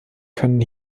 können